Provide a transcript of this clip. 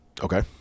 Okay